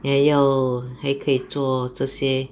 还要还可以做这些